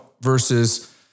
versus